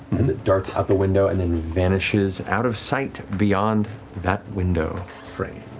as it darts out the window and then vanishes out of sight beyond that window frame.